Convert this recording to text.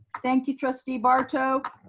thank you trustee barto.